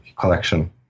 collection